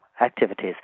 activities